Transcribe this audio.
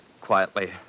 quietly